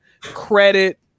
credit